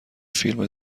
فیلم